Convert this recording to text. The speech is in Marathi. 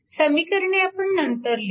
समीकरणे आपण नंतर लिहू